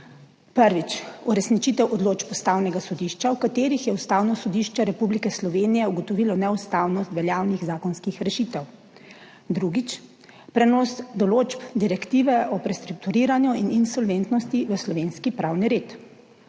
Prvič, uresničitev odločb Ustavnega sodišča, v katerih je Ustavno sodišče Republike Slovenije ugotovilo neustavnost veljavnih zakonskih rešitev. Drugič, prenos določb Direktive o prestrukturiranju in insolventnosti v slovenski pravni red.